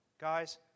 guys